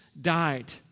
died